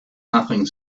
nothing